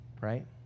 right